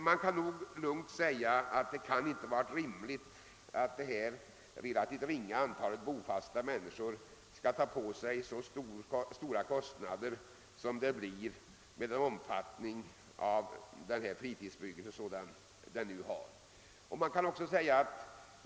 Man kan lugnt säga att det inte är rimligt att det relativt ringa antalet bofasta människor skall ta på sig så stora kostnader som det blir fråga om vid fritidsbebyggelse av denna omfattning.